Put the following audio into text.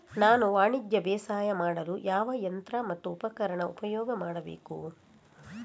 ನಾನು ವಾಣಿಜ್ಯ ಬೇಸಾಯ ಮಾಡಲು ಯಾವ ಯಂತ್ರ ಮತ್ತು ಉಪಕರಣ ಉಪಯೋಗ ಮಾಡಬೇಕು?